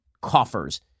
coffers